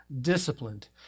disciplined